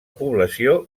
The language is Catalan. població